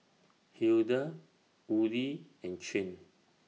Hilda Woodie and Chin